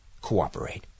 cooperate